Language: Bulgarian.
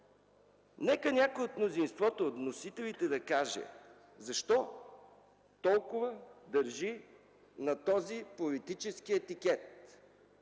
нека някой от мнозинството, от вносителите, да каже защо толкова държи на този политически етикет?